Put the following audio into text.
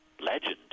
legend